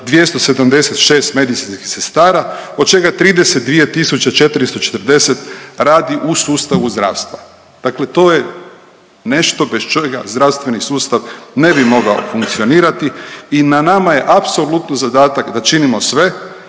41.276 medicinskih sestara od čega 32.440 radi u sustavu zdravstva. Dakle to je nešto bez čega zdravstveni sustav ne bi mogao funkcionirati i na nama je apsolutno zadatak da činimo sve